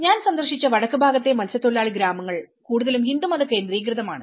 ഞാൻ സന്ദർശിച്ച വടക്ക് ഭാഗത്തെ മത്സ്യത്തൊഴിലാളി ഗ്രാമങ്ങൾ കൂടുതലും ഹിന്ദുമത കേന്ദ്രീകൃതമാണ്